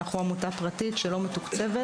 אנחנו עמותה פרטית שלא מתוקצבת.